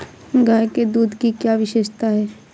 गाय के दूध की क्या विशेषता है?